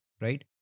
Right